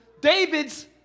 David's